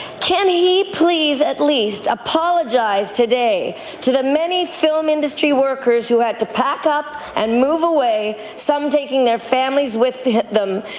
can he please at least apologize today to the many film industry workers who had to pack up and move away, some taking their families with them,